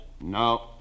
No